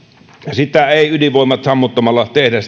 sitä sähköä ei ydinvoimalat sammuttamalla tehdä